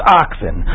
oxen